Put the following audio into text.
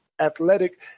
athletic